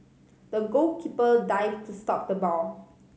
the goalkeeper dived to stop the ball